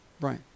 Right